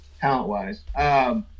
talent-wise